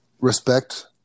respect